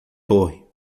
torre